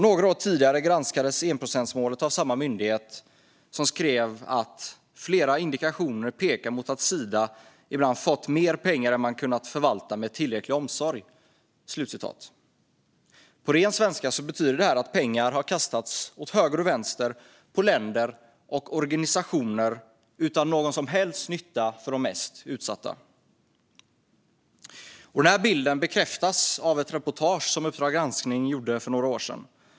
Några år tidigare granskades enprocentsmålet av samma myndighet, som skrev att flera indikationer pekar mot att Sida ibland fått mer pengar än man kunnat förvalta med tillräcklig omsorg. På ren svenska betyder det här att pengar har kastats åt höger och vänster på länder och organisationer utan någon som helst nytta för de mest utsatta. Den här bilden bekräftas av ett reportage som Uppdrag granskning gjorde för några år sedan.